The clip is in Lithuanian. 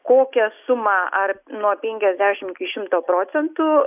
kokią sumą ar nuo penkiasdešimt iki šimto procentų